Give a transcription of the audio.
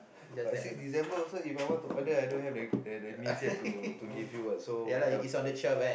but six December also If I want to order I don't have the the means to to give you what so macam